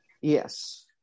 Yes